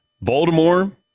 Baltimore